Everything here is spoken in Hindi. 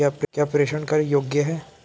क्या प्रेषण कर योग्य हैं?